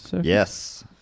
Yes